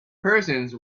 persons